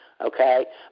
okay